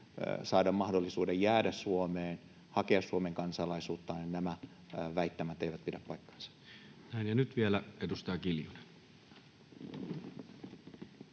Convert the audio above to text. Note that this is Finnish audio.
saada mahdollisuus jäädä Suomeen, hakea Suomen kansalaisuutta, eivät pidä paikkaansa. Näin. — Ja nyt vielä edustaja Kiljunen.